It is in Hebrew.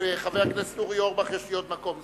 חבר הכנסת אורי אורבך, יש לי עוד מקום.